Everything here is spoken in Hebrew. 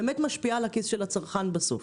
באמת משפיעה על כיס הצרכן בסוף.